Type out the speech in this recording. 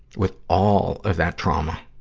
with all of that trauma,